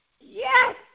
Yes